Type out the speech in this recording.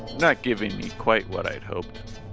not giving me quite what i'd hoped